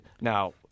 Now